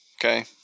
okay